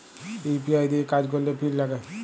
UPI দিঁয়ে কাজ ক্যরলে পিল লাগে